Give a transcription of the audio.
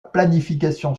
planification